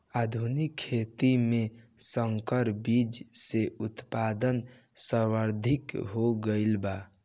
आधुनिक खेती में संकर बीज के उत्पादन सर्वाधिक हो गईल बा